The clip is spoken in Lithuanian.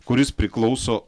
kuris priklauso